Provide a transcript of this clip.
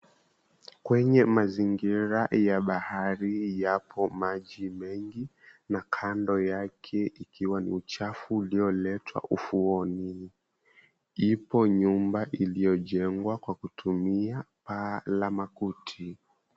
Kwenye mazingira ya bahari yapo maji mengi na kando yake ikiwa ni uchafu ulioletwa ufuoni. Ipo nyumba iliyojengwa kwa kutumia paa la makuti.